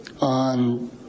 on